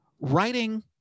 writing